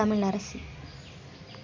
Tamilarasi